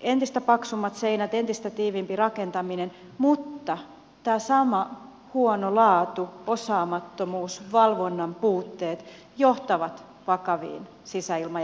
entistä paksummat seinät entistä tiiviimpi rakentaminen mutta tämä sama huono laatu osaamattomuus valvonnan puutteet johtavat vakaviin sisäilma ja homeongelmiin